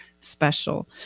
special